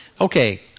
Okay